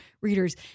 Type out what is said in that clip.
readers